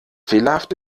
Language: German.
fehlerhaft